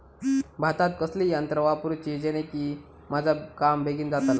भातात कसली यांत्रा वापरुची जेनेकी माझा काम बेगीन जातला?